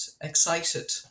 excited